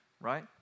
Right